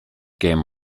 game